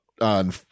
on